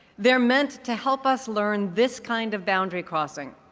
they're meant to help us learn this kind of boundary crossing.